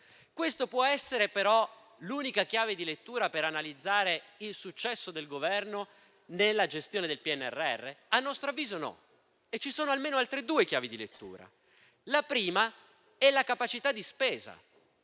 Questa può essere però l'unica chiave di lettura per analizzare il successo del Governo nella gestione del PNRR? A nostro avviso, no. Ve ne sono almeno altre due. La prima è la capacità di spesa.